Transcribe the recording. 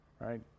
right